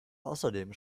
außerdem